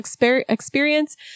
experience